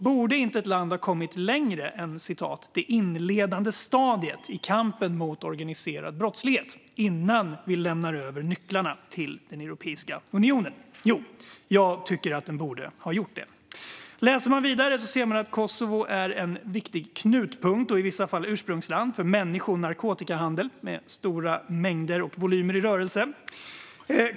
Borde inte ett land ha kommit längre än "det inledande stadiet" i kampen mot organiserad brottslighet innan vi lämnar över nycklarna till Europeiska unionen? Jo, jag tycker det. Läser man vidare ser man att Kosovo är en viktig knutpunkt, och i vissa fall ursprungsland, för människo och narkotikahandel med stora mängder och volymer i rörelse.